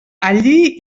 allí